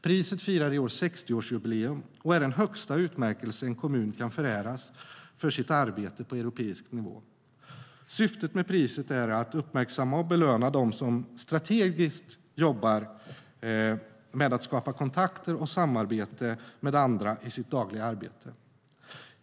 Priset firar i år 60-årsjubileum och är den högsta utmärkelse en kommun kan föräras för sitt arbete på europeisk nivå. Syftet är att uppmärksamma och belöna dem som strategiskt jobbar med att skapa kontakter och samarbete med andra i sitt dagliga arbete.